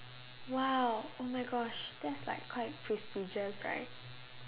!wow! oh my gosh that's like quite prestigious right